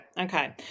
okay